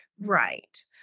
right